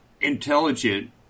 intelligent